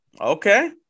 Okay